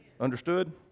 Understood